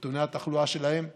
נתוני התחלואה שלהם זהים,